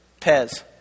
Pez